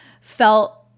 felt